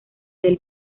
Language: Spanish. del